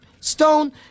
stone